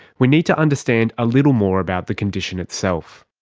we need to understand a little more about the condition itself.